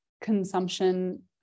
consumption